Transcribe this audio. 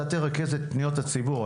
אתה תרכז פניות הציבור,